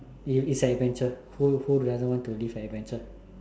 it's it's an adventure who who doesn't want to live an adventure